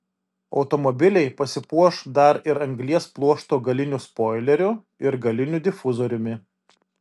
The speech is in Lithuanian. automobiliai pasipuoš dar ir anglies pluošto galiniu spoileriu ir galiniu difuzoriumi